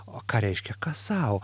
o ką reiškia kas sau